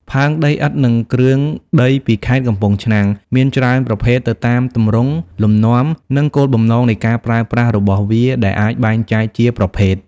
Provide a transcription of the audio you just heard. ផើងដីឥដ្ឋ និងគ្រឿងដីពីខេត្តកំពង់ឆ្នាំង មានច្រើនប្រភេទទៅតាមទម្រង់ លំនាំ និងគោលបំណងនៃការប្រើប្រាស់របស់វា ដែលអាចបែងចែកជាប្រភេទ។